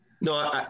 No